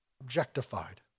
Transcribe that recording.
objectified